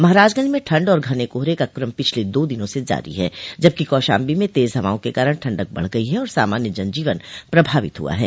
महराजगंज में ठंड और घने कोहरे का क्रम पिछले दो दिनों से जारी है जबकि कौशाम्बी में तेज़ हवाओं के कारण ठंडक बढ़ गई है और सामान्य जन जीवन प्रभावित हुआ है